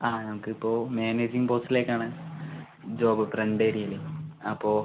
ആ നമ്മൾക്ക് ഇപ്പോൾ മാനേജിംഗ് പോസ്റ്റിലേക്കാണ് ജോബ് ഫ്രണ്ട് ഏരിയയിൽ അപ്പോൾ